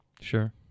sure